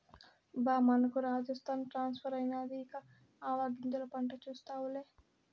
బా మనకు రాజస్థాన్ ట్రాన్స్ఫర్ అయినాది ఇక ఆవాగింజల పంట చూస్తావులే